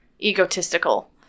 egotistical